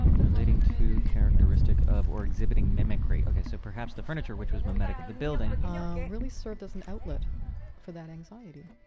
relating to, characteristic of, or exhibiting mimicry. ok, so perhaps the furniture which was mimetic of the building um really served as an outlet for that anxiety.